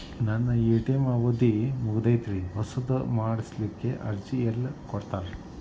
ನನ್ನ ಎ.ಟಿ.ಎಂ ಅವಧಿ ಮುಗದೈತ್ರಿ ಹೊಸದು ಮಾಡಸಲಿಕ್ಕೆ ಅರ್ಜಿ ಎಲ್ಲ ಕೊಡತಾರ?